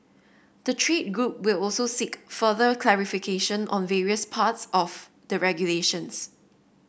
the trade group will also seek further clarification on various parts of the regulations